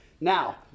Now